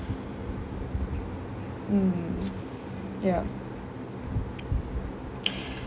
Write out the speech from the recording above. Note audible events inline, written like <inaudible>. mm <noise> ya <noise>